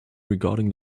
regarding